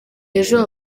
ejo